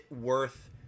worth